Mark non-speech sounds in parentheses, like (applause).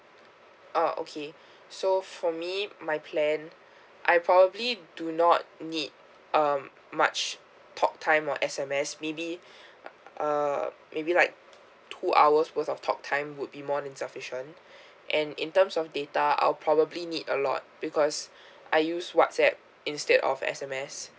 oh okay (breath) so for me my plan I probably do not need um much talk time or S_M_S maybe (breath) uh maybe like two hours worth of talk time would be more than sufficient (breath) and in terms of data I'll probably need a lot because (breath) I use whatsapp instead of S_M_S